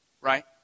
Right